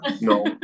No